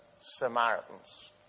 Samaritans